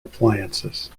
appliances